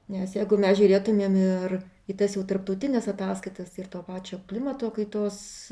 nes jeigu mes žiūrėtumėm ar į tas jau tarptautines ataskaitas ir tą pačią klimato kaitos